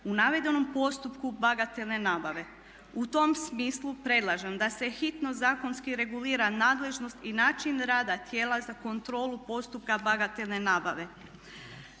u navedenom postupku bagatelne nabave. U tom smislu predlažem da se hitno zakonski regulira nadležnost i način rada tijela za kontrolu postupka bagatelne nabave.